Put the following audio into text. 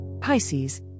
Pisces